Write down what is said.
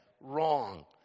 wrong